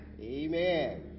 Amen